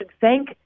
thank